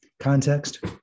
context